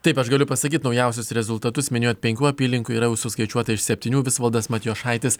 taip aš galiu pasakyti naujausius rezultatus minėjot penkių apylinkių yra suskaičiuota iš septynių visvaldas matijošaitis